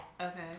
Okay